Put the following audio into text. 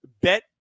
bet